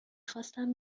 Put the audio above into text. خواستم